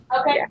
Okay